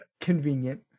Convenient